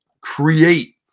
create